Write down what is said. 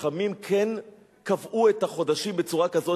חכמים כן קבעו את החודשים בצורה כזאת,